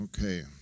Okay